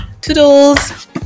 toodles